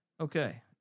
Okay